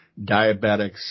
diabetics